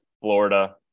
Florida